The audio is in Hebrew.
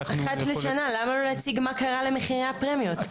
אחת לשנה למה לא להציג מה קרה למחירי הפרמיות.